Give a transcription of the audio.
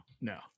No